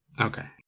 Okay